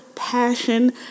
passion